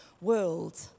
world